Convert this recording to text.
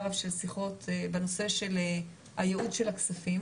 רב של שיחות בנושא של הייעוד של הכספים,